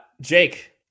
Jake